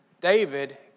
David